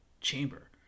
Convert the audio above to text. chamber